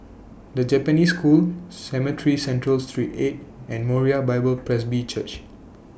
The Japanese School Cemetry Central three eight and Moriah Bible Presby Church